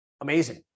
Amazing